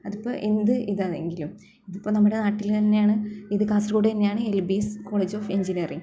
അതിപ്പോൾ എന്ത് ഇതാണെങ്കിലും ഇതിപ്പോൾ നമ്മുടെ നാട്ടിൽ തന്നെയാണ് ഇത് കാസർഗോട് തന്നെയാണ് L B S college of engineering